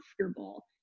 comfortable